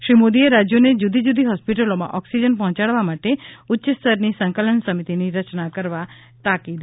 શ્રી મોદીએ રાજ્યોને જુદી જુદી હોસ્પિટલોમાં ઓક્સિજન પહોંચાડવા માટે ઉચ્ચ સ્તરની સંકલન સમિતિની રચના કરવા તાકીદ કરી